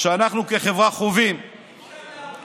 שאנחנו חווים כחברה.